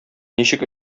ничек